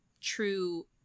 true